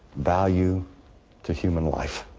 value to human life.